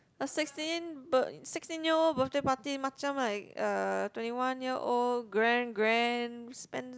the sixteen b~ sixteen year old birthday party macam like a twenty one year old grand grand spend